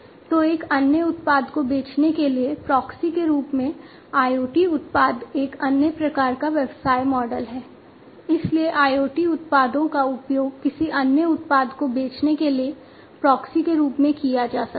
तो एक अन्य उत्पाद को बेचने के लिए प्रॉक्सी के रूप में किया जा सकता है